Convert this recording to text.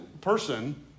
person